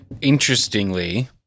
interestingly